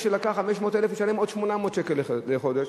מי שלקח 500,000 ישלם עוד 800 שקל לחודש.